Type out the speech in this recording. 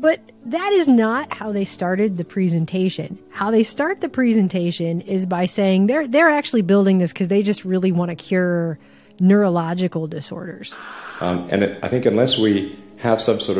but that is not how they started the presentation how they start the presentation is by saying there they're actually building this because they just really want to cure neurological disorders and it i think unless we have some sort